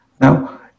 Now